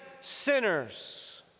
sinners